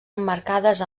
emmarcades